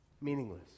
meaningless